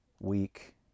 week